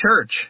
church